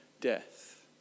death